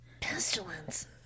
pestilence